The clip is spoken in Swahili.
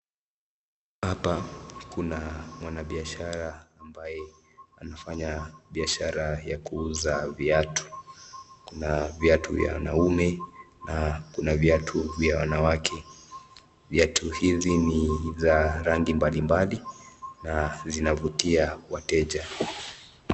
Hapa kuna mwanabiashara ambaye anafanya biashara ya kuuza viatu. Kuna viatu vya wanaume na kuna viatu vya wanawake. Viatu hivi ni vya rangi mbali mbali na vinavutia wateja.